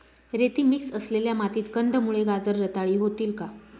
रेती मिक्स असलेल्या मातीत कंदमुळे, गाजर रताळी होतील का?